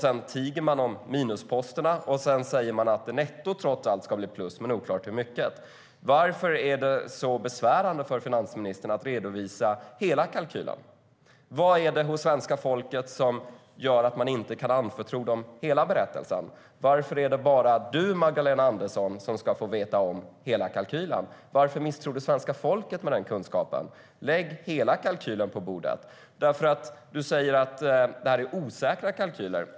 Sedan tiger man om minusposterna och säger att det netto trots allt ska bli plus, men oklart hur mycket. Du säger att det är osäkra kalkyler.